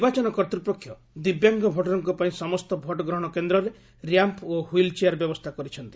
ନିର୍ବାଚନ କର୍ତ୍ତପକ୍ଷ ଦିବ୍ୟାଙ୍ଗ ଭୋଟରଙ୍କ ପାଇଁ ସମସ୍ତ ଭୋଟ୍ ଗ୍ରହଣ କେନ୍ଦ୍ରରେ ର୍ୟାମ୍ପ୍ ଓ ହ୍ରଇଲ୍ ଚେୟାର୍ ବ୍ୟବସ୍ଥା କରିଛନ୍ତି